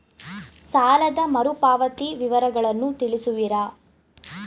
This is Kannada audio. ಸಾಲದ ಮರುಪಾವತಿ ವಿವರಗಳನ್ನು ತಿಳಿಸುವಿರಾ?